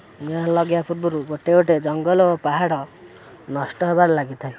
ନିଆଁ ଲଗାଇବା ପୂର୍ବରୁ ଗୋଟେ ଗୋଟେ ଜଙ୍ଗଲ ଓ ପାହାଡ଼ ନଷ୍ଟ ହେବାର ଲାଗିଥାଏ